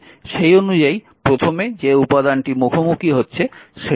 সেই অনুযায়ী প্রথম যে উপাদানটি মুখোমুখি হচ্ছে সেটি হল 10 ভোল্ট